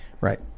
Right